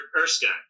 Erskine